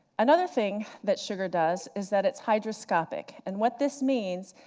another thing that sugar does is that it's hygroscopic. and what this means,